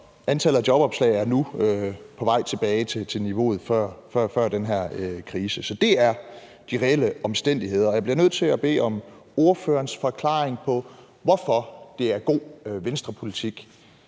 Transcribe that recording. antallet af jobopslag er nu på vej tilbage til niveauet før den her krise. Så det er de reelle omstændigheder. Jeg bliver nødt til at bede om ordførerens forklaring på, hvorfor det er god Venstrepolitik,